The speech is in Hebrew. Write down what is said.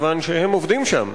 מכיוון שהם עובדים שם,